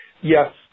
yes